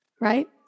right